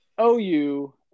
OU